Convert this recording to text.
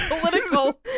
political